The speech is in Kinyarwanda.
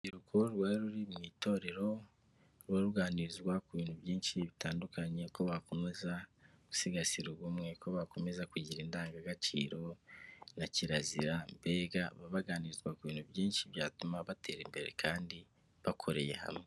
Urubyiruko rwari ruri mu itorero ruba ruganirizwa ku bintu byinshi bitandukanye ko bakomeza gusigasira ubumwe, ko bakomeza kugira indangagaciro na kirazira mbega baganirizwa ku bintu byinshi byatuma batera imbere kandi bakoreye hamwe.